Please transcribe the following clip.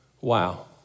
Wow